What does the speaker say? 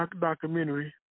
documentary